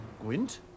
Gwent